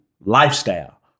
lifestyle